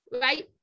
right